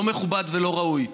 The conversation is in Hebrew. לא מכובד ולא ראוי.